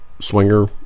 swinger